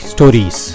Stories